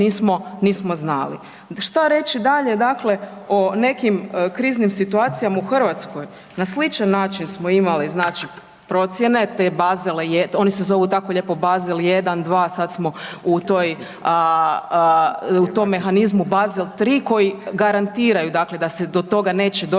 Šta reći dalje dakle o nekim kriznim situacijama u Hrvatskoj? Na sličan način smo imali znači procjene te Basel, oni se zovu tako lijepo Basel 1, 2, sad smo u toj, u tom mehanizmu Basel 3 koji garantiraju, dakle da se do toga neće doć,